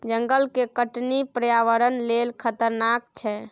जंगल के कटनी पर्यावरण लेल खतरनाक छै